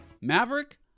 Maverick